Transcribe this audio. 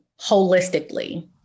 holistically